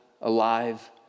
alive